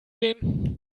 gesehen